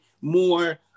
more